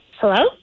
Hello